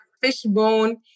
fishbone